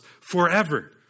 forever